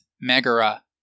Megara